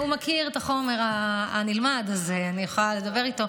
הוא מכיר את החומר הנלמד, אז אני יכולה לדבר איתו.